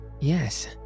Yes